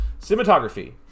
Cinematography